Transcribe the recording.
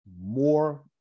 more